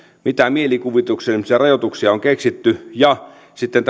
mitä mielikuvituksellisimpia rajoituksia on keksitty ja sitten